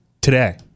today